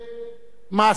במעשיכם,